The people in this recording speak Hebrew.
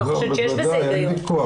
בוודאי, אין וויכוח.